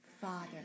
Father